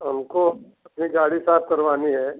हमको अपनी गाड़ी साफ़ करवानी है